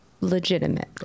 legitimate